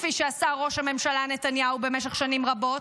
כפי שעשה ראש הממשלה נתניהו במשך שנים רבות.